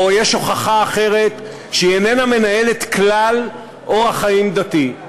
או יש הוכחה אחרת שהיא איננה מנהלת כלל אורח חיים דתי,